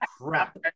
crap